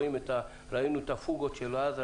ראינו את הפוגות של אז.